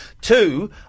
Two